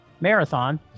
marathon